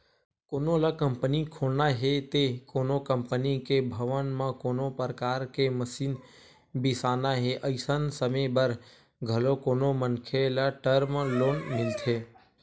कोनो ल कंपनी खोलना हे ते कोनो कंपनी के भवन म कोनो परकार के मसीन बिसाना हे अइसन समे बर घलो कोनो मनखे ल टर्म लोन मिलथे